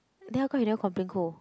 then how come you never complain cold